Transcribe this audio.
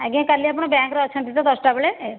ଆଜ୍ଞା କାଲି ଆପଣ ବ୍ୟାଙ୍କରେ ଅଛନ୍ତି ତ ଦଶଟା ବେଳେ